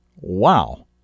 Wow